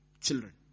children